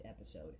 episode